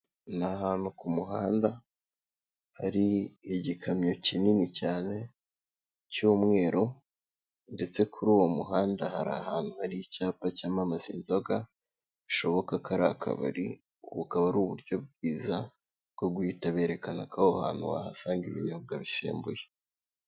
Ni ahantu ku muhanda hari igikamyo kinini cyane cy'umweru, ndetse kuri uwo muhanda hari ahantu hari icyapa cyamamaza inzoga bishoboka ko ari akabari, ubu bukaba ari uburyo bwiza bwo guhita berekana ko aho hantu wahasanga ibinyobwa bisembuye.